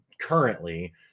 currently